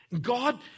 God